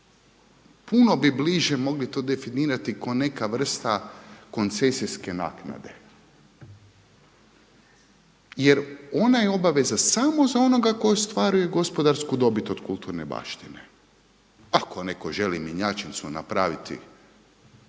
puno bi bliže mogli to definirati kao neka vrsta koncesijske naknade. Jer ona je obaveza samo za onoga tko ostvaruje gospodarsku dobit od kulturne baštine. Ako netko želi mjenjačnicu napraviti